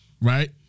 Right